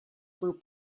through